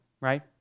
right